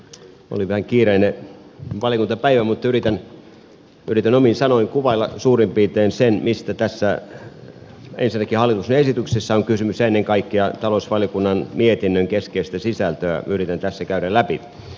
oli vähän kiireinen valiokuntapäivä mutta yritän omin sanoin kuvailla suurin piirtein sen mistä ensinnäkin tässä hallituksen esityksessä on kysymys ja ennen kaikkea talousvaliokunnan mietinnön keskeistä sisältöä yritän tässä käydä läpi